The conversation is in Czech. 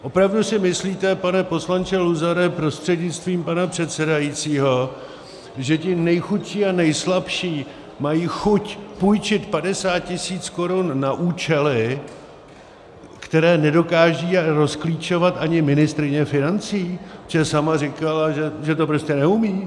Opravdu si myslíte, pane poslanče Luzare prostřednictvím pana předsedajícího, že ti nejchudší a nejslabší mají chuť půjčit 50 tisíc korun na účely, které nedokáže rozklíčovat ani ministryně financí, protože sama říkala, že to prostě neumí?